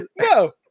no